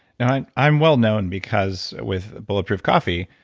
now, i'm well known because with bulletproof coffee,